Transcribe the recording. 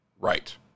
right